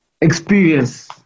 Experience